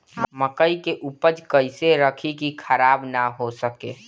मकई के उपज कइसे रखी की खराब न हो सके?